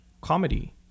Comedy